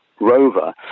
rover